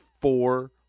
four